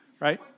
right